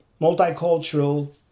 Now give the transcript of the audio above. multicultural